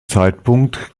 zeitpunkt